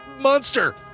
monster